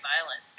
violent